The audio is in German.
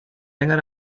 länger